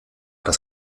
dass